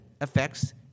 affects